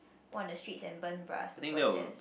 go on the streets and burn bra to protest